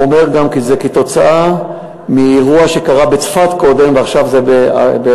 הוא אומר גם כי זה כתוצאה מאירוע שקרה בצפת קודם ועכשיו זה בעכברה.